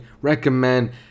recommend